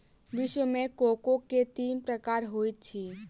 विश्व मे कोको के तीन प्रकार होइत अछि